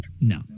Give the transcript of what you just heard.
no